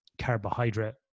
carbohydrate